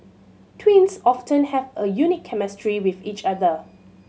twins often have a unique chemistry with each other